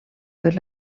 per